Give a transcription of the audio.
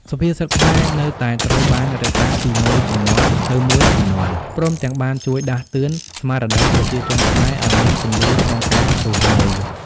សុភាសិតខ្មែរនៅតែត្រូវបានរក្សាពីមួយជំនាន់ទៅមួយជំនាន់ ព្រមទាំងបានជួយដាស់តឿនស្មារតីប្រជាជនខ្មែរឲ្យមានពន្លឺក្នុងការរស់នៅ។